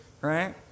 right